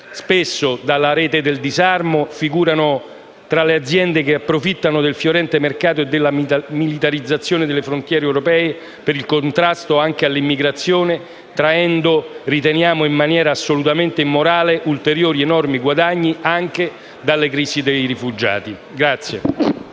spesso dalla Rete italiana per il disarmo, figurano tra le aziende che approfittano del fiorente mercato e della militarizzazione delle frontiere europee anche per il contrasto all'immigrazione traendo, riteniamo in maniera assolutamente immorale, ulteriori enormi guadagni anche dalle crisi dei rifugiati.